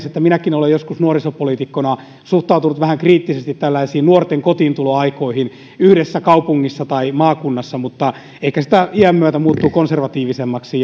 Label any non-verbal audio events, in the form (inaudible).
(unintelligible) että minäkin olen joskus nuorisopoliitikkona suhtautunut vähän kriittisesti tällaisiin nuorten kotiintuloaikoihin yhdessä kaupungissa tai maakunnassa mutta ehkä sitä iän myötä muuttuu konservatiivisemmaksi (unintelligible)